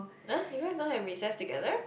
!huh! you guys don't have recess together